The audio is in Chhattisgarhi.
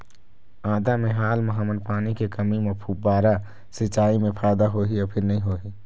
आदा मे हाल मा हमन पानी के कमी म फुब्बारा सिचाई मे फायदा होही या फिर नई होही?